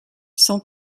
cent